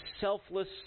selfless